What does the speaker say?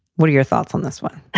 what are your thoughts on this one?